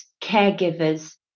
caregivers